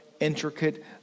intricate